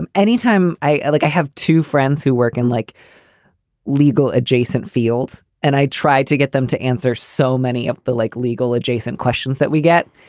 um anytime i look, like i have two friends who work in like legal adjacent fields. and i tried to get them to answer so many of the, like, legal adjacent questions that we get.